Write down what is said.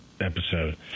episode